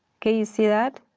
can you see that?